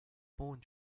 mond